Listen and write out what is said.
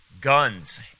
guns